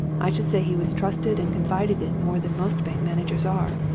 i should say he was trusted and confided in more than most bank managers are.